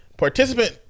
Participant